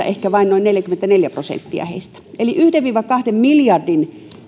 ehkä noin neljäkymmentäneljä prosenttia hoitaa hyvin veroasiansa eli yhden viiva kahden miljardin